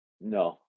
No